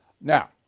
Now